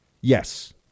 Yes